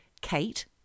Kate